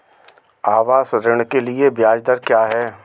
आवास ऋण के लिए ब्याज दर क्या हैं?